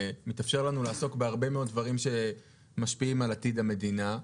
מתאפשר לנו לעסוק בהרבה דברים שמשפיעים על עתיד המדינה,